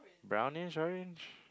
brownish orange